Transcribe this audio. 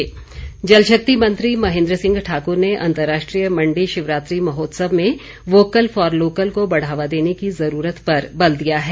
शिवरात्रि महोत्सव जलशक्ति मंत्री महेन्द्र सिंह ठाक्र ने अंतर्राष्ट्रीय मण्डी शिवरात्रि महोत्सव में वोकल फॉर लोकल को बढ़ावा देने की ज़रूरत पर बल दिया है